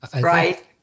Right